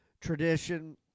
tradition